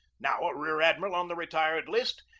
now a rear-admiral on the retired list,